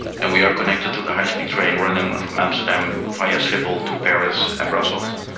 and we are connected to the high-speed train running from amsterdam via schiphol to paris and brussels,